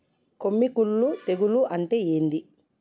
కొమ్మి కుల్లు తెగులు అంటే ఏంది?